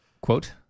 Quote